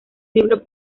libro